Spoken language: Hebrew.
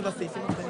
10:16.